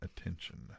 attention